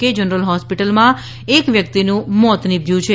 કે જનરલ હોસ્પિટલમાં એક વ્યક્તિનું મોત નિપજ્યું છે